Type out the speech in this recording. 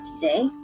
today